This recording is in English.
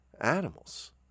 animals